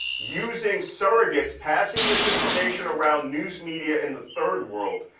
using surrogates passing this information around news media in the third world,